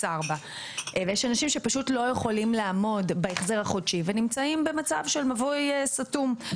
4 ויש אנשים שלא יכולים לעמוד בהחזר החודשי ונמצאים במצב של מבוי סתום.